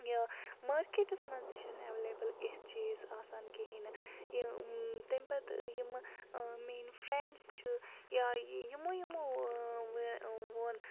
یہِ مارکٮ۪ٹَس منٛز تہِ چھَنہٕ اٮ۪ویلیبل اِتھ چیٖز آسان کِہیٖنۍ نہٕ یہِ تمہِ پَتہٕ یِمہٕ میٲنۍ فرٛٮ۪نٛڈٕس چھِ یا یِمو یِمو ووٚن